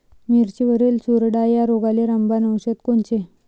मिरचीवरील चुरडा या रोगाले रामबाण औषध कोनचे?